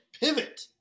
Pivot